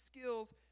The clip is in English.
skills